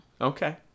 Okay